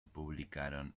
publicaron